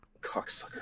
cocksucker